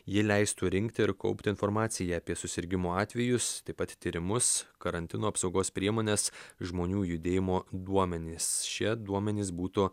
ji leistų rinkti ir kaupti informaciją apie susirgimo atvejus taip pat tyrimus karantino apsaugos priemones žmonių judėjimo duomenys šie duomenys būtų